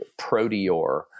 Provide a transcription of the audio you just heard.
Proteor